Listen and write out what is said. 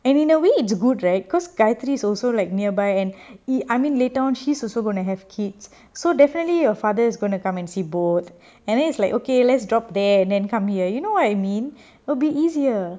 and in a way it's good right cause gayathiri also like nearby and he I mean later she's also gonna have kids so definitely your father is going to come and see both and then it's like okay let's drop there and then come here you know I mean it'll be easier